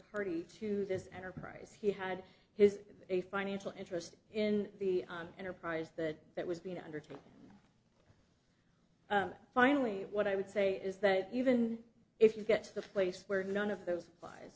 party to this enterprise he had his a financial interest in the enterprise that that was being undertaken finally what i would say is that even if you get to the place where none of those lies